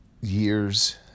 years